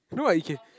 no what you can